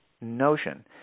notion